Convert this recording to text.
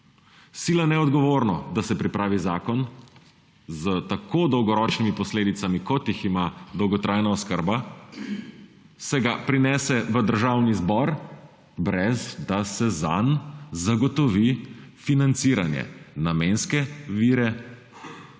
Sila neodgovorno, da se pripravi zakon s tako dolgoročnimi posledicami, kot jih ima dolgotrajna oskrba, se ga prinese v Državni zbor, brez da se zanj zagotovi financiranje, namenske vire,